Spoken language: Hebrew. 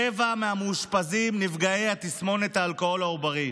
רבע מהמאושפזים הם נפגעי תסמונת האלכוהול העוברי.